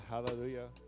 Hallelujah